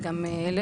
זה גם אליך,